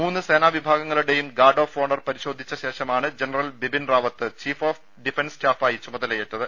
മൂന്ന് സേനാ വിഭാഗങ്ങളുടെയും ഗാർഡ് ഓഫ് ഓണർ പരിശോധിച്ച ശേഷമാണ് general Bipin Rawat chief of defence സ്റ്റാഫായി ചുമതലയേറ്റത്